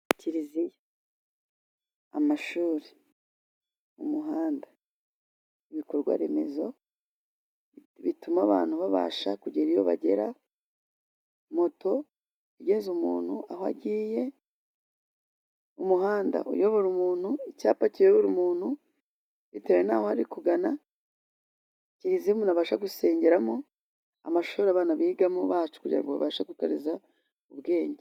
Kiriziya, amashuri, umuhanda, ibikorwa remezo bituma abantu babasha kugera iyo bagera, moto igeza umuntu aho agiye, umuhanda uyobora umuntu, icyapa kiyobora umuntu bitewe naho ari kugana, kiriziya umuntu abasha gusengeramo, amashuri abana bigamo bacu kugira babashe gukariza ubwenge.